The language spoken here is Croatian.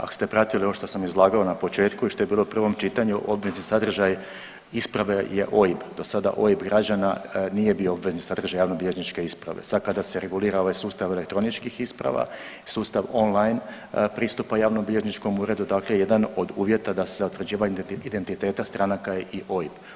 Ako ste pratili ono što sam izlagao na početku i šta je bilo u prvom čitanju obvezni sadržaj isprave je OIB, dosada OIB građana nije bio obvezni sadržaj javnobilježničke isprave, sad kada se regulira ovaj sustav elektroničkih isprava, sustav online pristupa javnobilježničkom uredu, dakle jedan od uvjeta da se utvrđivanje identiteta stranaka je i OIB.